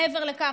מעבר לכך,